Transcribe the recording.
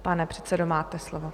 Pane předsedo, máte slovo.